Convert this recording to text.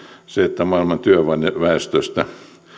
se että maailman työväestöstä